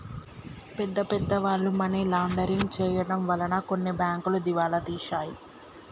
పెద్ద పెద్ద వాళ్ళు మనీ లాండరింగ్ చేయడం వలన కొన్ని బ్యాంకులు దివాలా తీశాయి